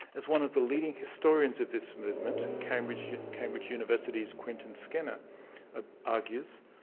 as one of the leading historians of this movement cambridge cambridge university's quentin skinner ah argues,